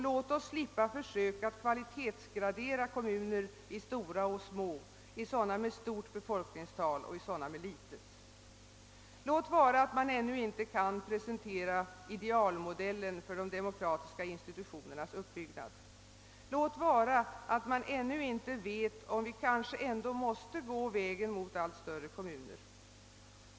Låt oss slippa försök att kvalitetsgradera kommuner i stora och små, i sådana med stort befolkningstal och sådana med litet. Låt vara att man ännu inte kan presentera idealmodellen för de demokratiska institutionernas uppbyggnad. Låt vara att man ännu inte vet, om vi kanske ändå måste gå vägen mot allt större kommuner.